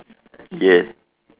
yes